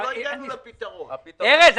ארז,